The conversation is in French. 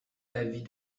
l’avis